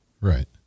Right